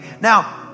Now